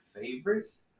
favorites